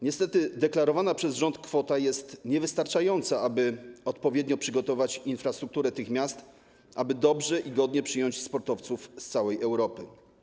Niestety deklarowana przez rząd kwota jest niewystarczająca, aby można było odpowiednio przygotować infrastrukturę tych miast, by dobrze i godnie przyjąć sportowców z całej Europy.